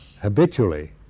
habitually